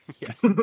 Yes